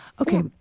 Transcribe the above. Okay